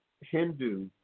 Hindu